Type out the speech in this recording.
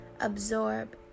absorb